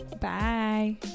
bye